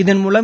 இதன்மூலம்